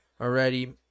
already